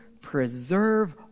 preserve